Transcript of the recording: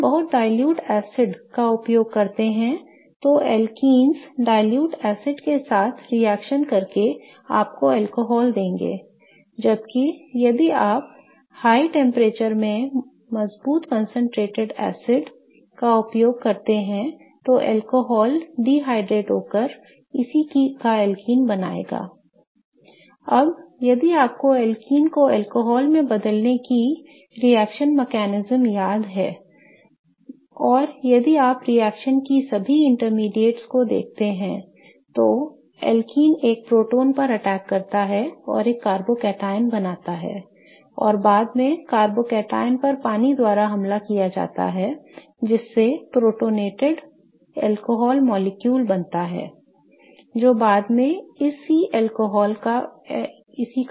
यदि हम बहुत dilute एसिड का उपयोग करते हैं तो एल्कीन्स dilute एसिड के साथ रिएक्शन करके आपको अल्कोहल देंगे जबकि यदि आप उच्च तापमान में मजबूत concentrated एसिड का उपयोग करते हैं तो अल्कोहल निर्जलित होकर इसी का एल्कीन बनाएगा I अब यदि आपको एल्कीन को अल्कोहल में बदलने की रिएक्शन तंत्र याद है और यदि आप रिएक्शन के सभी मध्यवर्तीों को देखते हैं तो एल्कीन एक प्रोटॉन पर अटैक करता है और एक कार्बोकैटायन बनाता है और बाद में कार्बोकैटायन पर पानी द्वारा हमला किया जाता है जिससे protonated अल्कोहल अणु बनता हैI जो बाद में इसी का अल्कोहल बनाएगा